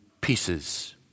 pieces